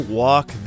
walk